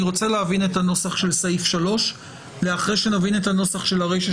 אני רוצה להבין את הנוסח של סעיף 3. אחרי שנבין את הנוסח של הרישה